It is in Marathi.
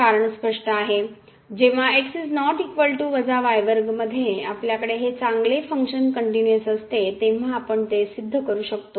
कारण स्पष्ट आहे जेव्हा मध्ये आपल्याकडे हे चांगले फनंक्शन कनटिन्युअस असते तेव्हा आपण ते सिद्ध करू शकतो